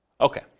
Okay